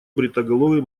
бритоголовый